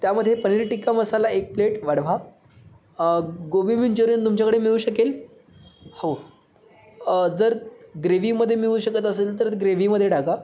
त्यामध्ये पनीर टिक्का मसाला एक प्लेट वाढवा गोबी मंच्युरियन तुमच्याकडे मिळू शकेल हो जर ग्रेव्हीमध्ये मिळू शकत असेल तर ग्रेव्हीमध्ये टाका